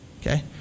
okay